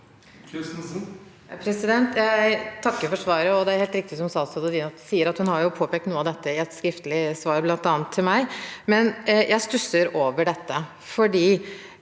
Jeg takker for svar- et. Det er helt riktig som statsråden sier, at hun har påpekt noe av dette i et skriftlig svar, bl.a. til meg. Men jeg stusser over dette,